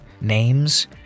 names